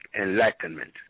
enlightenment